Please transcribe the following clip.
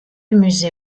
musée